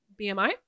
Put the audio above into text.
BMI